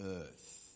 earth